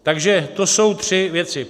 Takže to jsou tři věci.